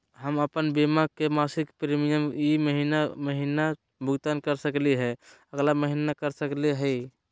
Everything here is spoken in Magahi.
हम अप्पन बीमा के मासिक प्रीमियम ई महीना महिना भुगतान कर सकली हे, अगला महीना कर सकली हई?